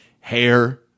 Hair